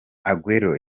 aguero